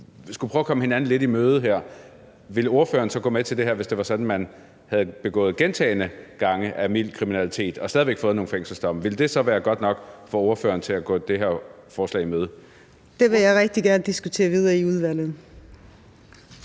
vi skulle prøve at komme hinanden lidt i møde, ville ordføreren så gå med til det her, hvis det var sådan, at man havde begået mild kriminalitet gentagne gange og stadig væk fået nogle fængselsdomme? Ville det så være godt nok for ordføreren til at gå det her forslag i møde? Kl. 14:06 Fjerde næstformand (Trine